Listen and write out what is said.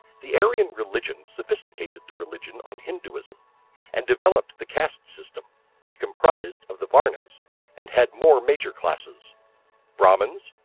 the aryan religion sophisticated the religion on hinduism and developed the caste-system which comprised of the varnas and had more major classes brahmans,